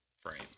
frame